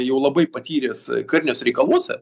jau labai patyręs kariniuose reikaluose